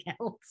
else